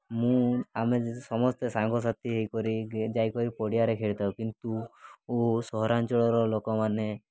ମୁଁ ଆମେ ସମସ୍ତେ ସାଙ୍ଗସାଥି ହୋଇକରି ଯାଇକରି ପଡ଼ିଆରେ ଖେଳିଥାଉ କିନ୍ତୁ ଓ ସହରାଞ୍ଚଳର ଲୋକମାନେ